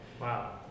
Wow